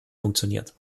funktioniert